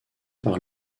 par